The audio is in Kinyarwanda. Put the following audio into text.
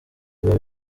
biba